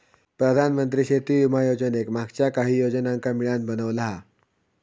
प्रधानमंत्री शेती विमा योजनेक मागच्या काहि योजनांका मिळान बनवला हा